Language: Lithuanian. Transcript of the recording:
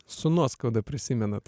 su nuoskauda prisimenat